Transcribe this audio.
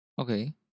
Okay